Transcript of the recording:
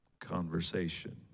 conversation